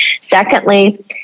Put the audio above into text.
Secondly